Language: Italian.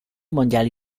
mondiali